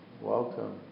welcome